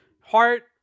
Heart